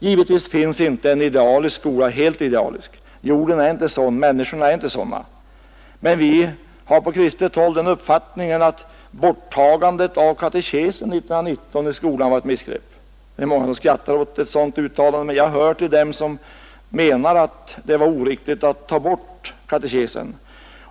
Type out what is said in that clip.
Givetvis finns inte en helt idealisk skola — jorden och människorna är inte sådana — men vi har på kristet håll den uppfattningen att borttagandet av katekesen i skolan år 1919 var ett missgrepp. Många skrattar åt ett sådant uttalande, men jag hör till dem som menar att det var oriktigt att ta bort katekesen.